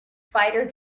fighter